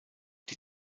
die